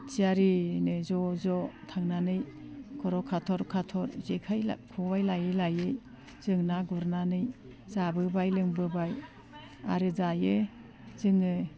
थियारिनो ज' ज' थांनानै खर' खाथर खाथर जेखाइ खबाइ लायै लायै जों ना गुरनानै जाबोबाय लोंबोबाय आरो दायो जोङो